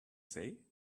say